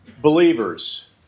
believers